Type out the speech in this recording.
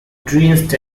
driest